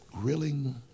grilling